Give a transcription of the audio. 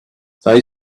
they